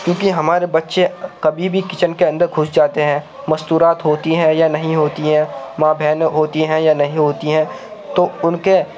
کیونکہ ہمارے بچے کبھی بھی کچن کے اندر گھس جاتے ہیں مستورات ہوتی ہیں یا نہیں ہوتی ہیں ماں بہنیں ہوتی ہیں یا نہیں ہوتی ہیں تو ان کے